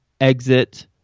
exit